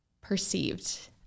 perceived